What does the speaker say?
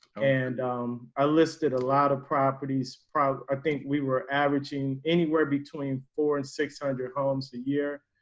and i listed a lot of properties probably i think we were averaging anywhere between four and six hundred homes a year.